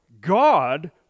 God